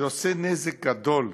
זה עושה נזק גדול,